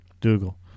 Dougal